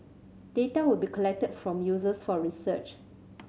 data will be collected from users for research